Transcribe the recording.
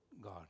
God